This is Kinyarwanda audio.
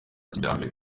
kijyambere